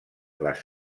les